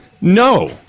no